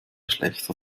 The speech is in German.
schlächter